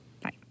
Bye